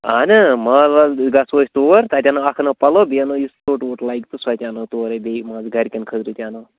اَہنہٕ مال وال گَژھو أسۍ تور تَتہِ اَکھ اَنو پَلو بیٚیہِ اَنو یُس ژوٚٹ ووٚٹ لگہِ تہٕ سۄ تہِ اَنو تورے بیٚیہِ ما آسہِ گرِکٮ۪ن خٲطرٕ تہِ اَنو